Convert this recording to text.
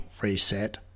reset